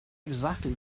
exactly